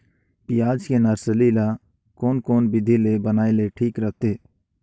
पियाज के नर्सरी ला कोन कोन विधि ले बनाय ले ठीक रथे?